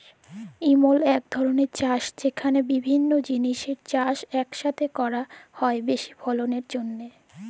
ইমল ইক ধরলের চাষ যেখালে বিভিল্য জিলিসের চাষ ইকসাথে ক্যরা হ্যয় বেশি ফললের জ্যনহে